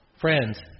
Friends